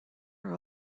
are